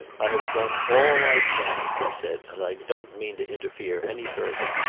i have done all i can, he said, and i don't mean to interfere any further.